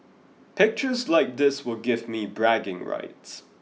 pictures like this will give me bragging rights